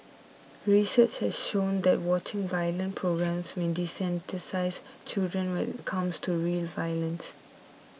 research has shown that watching violent programmes may desensitise children when it comes to real violence